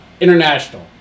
International